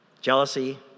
jealousy